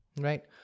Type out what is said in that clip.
right